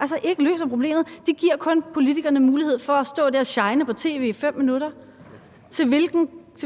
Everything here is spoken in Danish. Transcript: altså ikke problemet. Det giver kun politikerne mulighed for at stå der og shine på tv i fem minutter – til